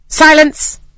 Silence